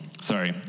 sorry